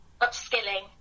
upskilling